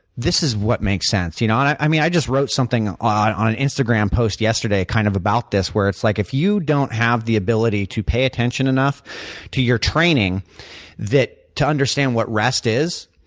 this is what makes sense, you know, and, i mean, i just wrote something on on an instagram post yesterday kind of about this where it's like if you don't have the ability to pay attention enough to your training to understand what rest is,